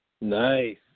Nice